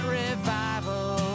revival